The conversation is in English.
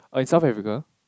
oh in South Africa